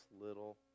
little